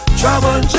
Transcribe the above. trouble